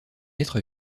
être